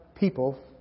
people